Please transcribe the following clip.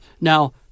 now